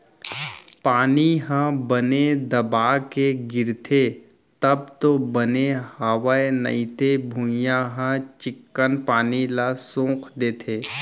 पानी ह बने दबा के गिरथे तब तो बने हवय नइते भुइयॉं ह चिक्कन पानी ल सोख देथे